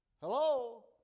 hello